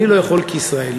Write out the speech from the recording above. אני לא יכול כישראלי,